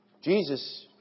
Jesus